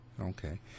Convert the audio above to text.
Okay